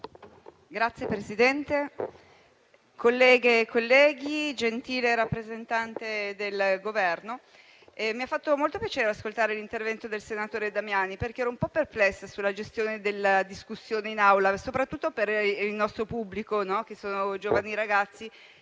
Signor Presidente, colleghi, gentile rappresentante del Governo, mi ha fatto molto piacere ascoltare l'intervento del senatore Damiani, perché ero un po' perplessa sulla gestione della discussione in Aula, soprattutto per il nostro pubblico di giovani ragazzi.